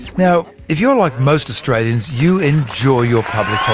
now if you're like most australians, you enjoy your public